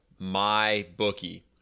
MyBookie